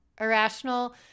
irrational